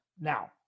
Now